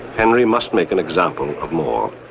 henry must make an example of moore.